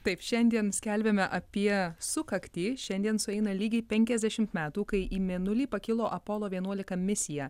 taip šiandien skelbėme apie sukaktį šiandien sueina lygiai penkiasdešim metų kai į mėnulį pakilo apolo vienuolika misija